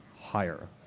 higher